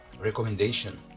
recommendation